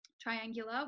triangular